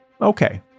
Okay